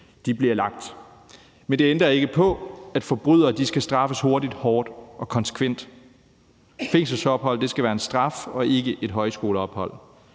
liv bliver lagt. Men det ændrer ikke på, at forbrydere skal straffes hurtigt, hårdt og konsekvent. Fængselsophold skal være en straf og ikke et højskoleophold.